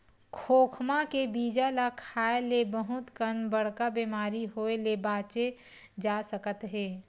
खोखमा के बीजा ल खाए ले बहुत कन बड़का बेमारी होए ले बाचे जा सकत हे